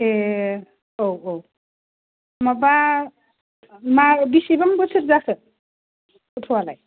ए औ औ माबा मा बेसेबां बोसोर जाखो गथ'आलाय